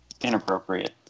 inappropriate